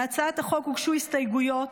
להצעת החוק הוגשו הסתייגויות.